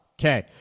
okay